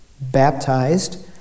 baptized